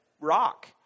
rock